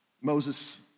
Moses